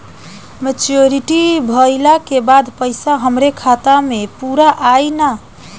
Maturity भईला के बाद पईसा हमरे खाता म पूरा आई न?